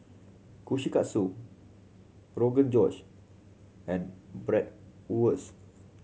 Kushikatsu Rogan Josh and Bratwurst